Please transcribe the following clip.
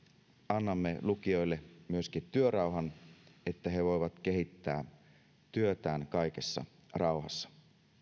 annamme lukioille myöskin työrauhan että he voivat kehittää työtään kaikessa rauhassa